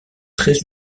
très